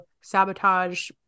sabotage